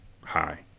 Hi